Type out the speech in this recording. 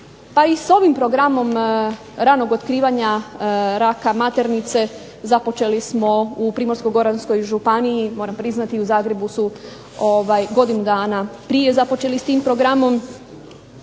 Pa i s ovim Programom ranog otkrivanja raka maternice započeli smo u Primorsko-goranskoj županiji, moram priznati u Zagrebu su godinu dana prije započeli s tim programom.